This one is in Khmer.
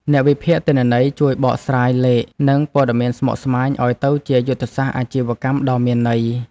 អ្នកវិភាគទិន្នន័យជួយបកស្រាយលេខ និងព័ត៌មានស្មុគស្មាញឱ្យទៅជាយុទ្ធសាស្ត្រអាជីវកម្មដ៏មានន័យ។